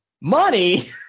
money